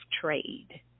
trade